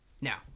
Now